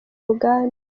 ruganda